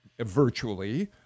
virtually